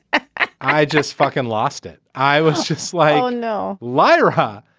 ah i just fucking lost it i was just like, no lighter, huh?